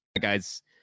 guy's